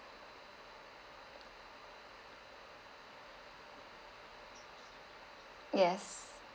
yes